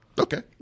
okay